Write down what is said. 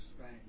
right